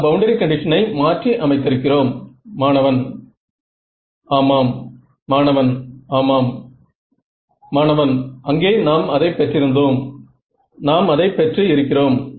நீங்கள் கடினமாக உழைத்து இருக்கிறீர்கள் என்பதை இது தெரிவிக்கிறது